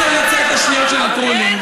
אני רוצה לנצל את השניות שנותרו לי,